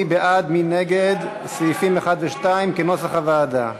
מי בעד ומי נגד סעיפים 1 ו-2 כנוסח הוועדה?